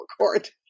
court